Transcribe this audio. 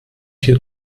hier